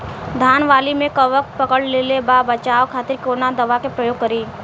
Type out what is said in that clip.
धान के वाली में कवक पकड़ लेले बा बचाव खातिर कोवन दावा के प्रयोग करी?